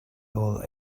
all